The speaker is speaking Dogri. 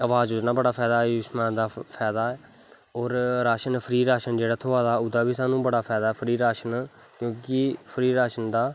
अवास योजनां दा फैदा ऐ अयुष्मान दा फैदा ऐ और राशन फ्री राशन थ्होआ दा ओह्दा बी साह्नू बड़ा फैदा ऐ फ्री राशन क्योंकि फ्री राशन दा